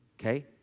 Okay